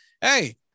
hey